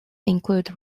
include